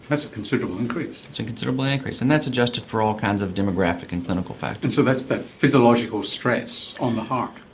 that's a considerable increase a and considerable increase. and that's adjusted for all kinds of demographic and clinical factors. so that's that physiological stress on the heart.